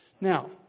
Now